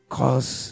cause